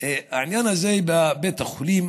העניין הזה עם בית החולים,